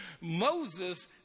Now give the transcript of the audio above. Moses